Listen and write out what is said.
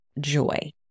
joy